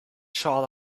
shall